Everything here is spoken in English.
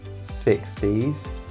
60s